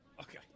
Okay